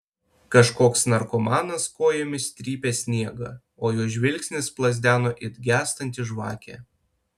kažkoks narkomanas kojomis trypė sniegą o jo žvilgsnis plazdeno it gęstanti žvakė